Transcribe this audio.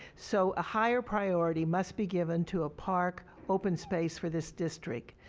so a higher priority must be given to a park, open space for this district.